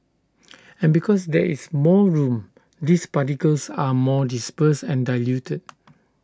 and because there is more room these particles are more dispersed and diluted